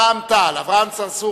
רע"ם-תע"ל: